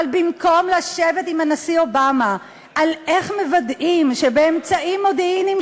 אבל במקום לשבת עם הנשיא אובמה על איך מוודאים באמצעים מודיעיניים